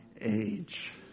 age